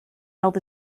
held